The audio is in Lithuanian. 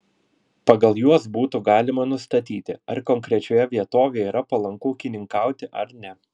pagal juos būtų galima nustatyti ar konkrečioje vietovėje yra palanku ūkininkauti ar ne